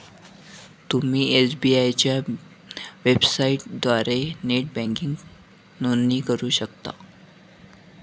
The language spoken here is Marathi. तुम्ही एस.बी.आय च्या वेबसाइटद्वारे नेट बँकिंगसाठी नोंदणी करू शकता